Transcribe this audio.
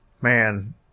Man